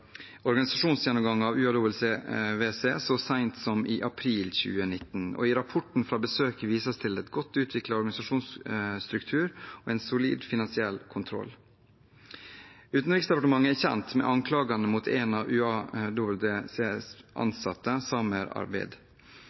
organisasjonsgjennomgang av UAWC så sent som i april 2019. I rapporten fra besøket vises det til en godt utviklet organisasjonsstruktur og en solid finansiell kontroll. Utenriksdepartementet er kjent med anklagene mot en av UAWCs ansatte, Samer